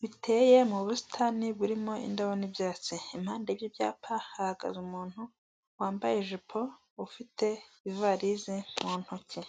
Biteye mu busitani burimo indabo n'ibyatsi, impande y'ibyo ibyapa hahagaze umuntu wambaye ijipo ufite ivarisi mu ntoki.